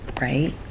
right